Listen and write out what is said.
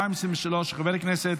של חבר הכנסת